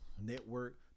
network